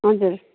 हजुर